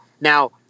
Now